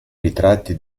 ritratti